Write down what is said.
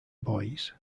boys